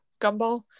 Gumball